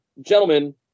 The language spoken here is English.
gentlemen